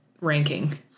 ranking